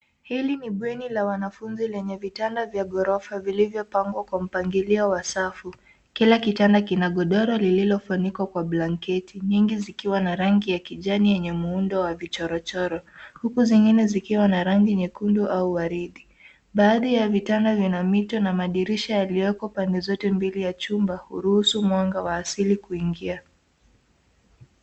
Hili ni bweni la wanafunzi lenye vitanda vya ghorofa vilivyopangwa kwa mpangilio wa safu. Kila kitanda kina godoro lililofunikwa kwa blanketi nyingi zikiwa na rangi ya kijani yenye muundo wa vichorochoro, huku zingine zikiwa na rangi nyekundu au waridi. Baadhi ya vitanda vina mito na madirisha yaliyopo pande zote mbili ya chumba huruhusu mwanga wa asili kuingia.